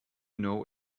know